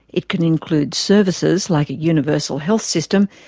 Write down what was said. it can include services like a universal health system,